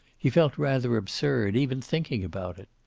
he felt rather absurd, even thinking about it.